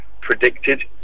predicted